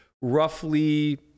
roughly